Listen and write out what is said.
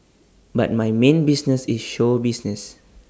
but my main business is show business